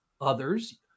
others